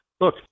Look